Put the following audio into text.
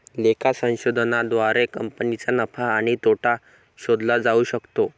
लेखा संशोधनाद्वारे कंपनीचा नफा आणि तोटा शोधला जाऊ शकतो